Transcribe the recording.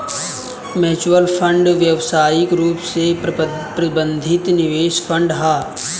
mutual fund व्यावसायिक रूप से प्रबंधित निवेश फंड ह